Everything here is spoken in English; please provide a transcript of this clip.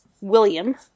William